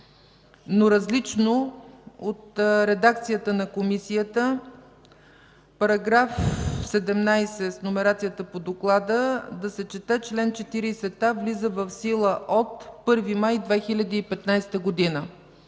но различно от редакцията на Комисията –§ 17 с номерацията по доклада да се чете „чл. 40а влиза в сила от 1 май 2015 г.”.